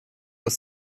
das